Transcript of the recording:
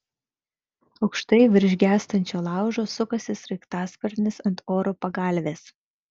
aukštai virš gęstančio laužo sukasi sraigtasparnis ant oro pagalvės